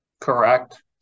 Correct